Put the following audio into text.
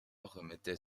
remettait